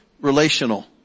relational